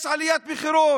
יש עליית מחירים,